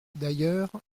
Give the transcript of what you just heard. d’ailleurs